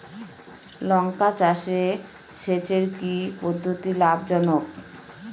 লঙ্কা চাষে সেচের কি পদ্ধতি লাভ জনক?